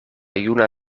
juna